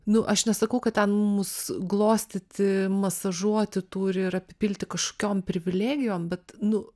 nu aš nesakau kad ten mus glostyti masažuoti turi ir apipilti kažkokiom privilegijom bet nu